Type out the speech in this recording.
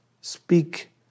Speak